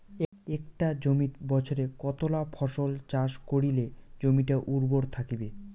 একটা জমিত বছরে কতলা ফসল চাষ করিলে জমিটা উর্বর থাকিবে?